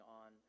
on